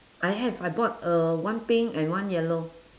I have I bought uh one pink and one yellow